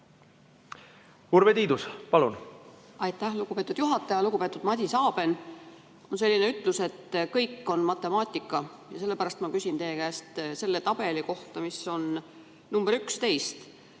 Urve Tiidus, palun! Aitäh, lugupeetud juhataja! Lugupeetud Madis Aben! On selline ütlus, et kõik on matemaatika. Sellepärast ma küsin teie käest selle tabeli kohta, mis on slaidil